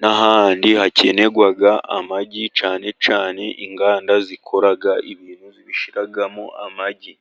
n'ahandi hakenerwa amagi cyane cyane inganda zikora ibintu zibishyiramo amagi.